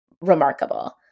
remarkable